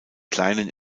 kleinen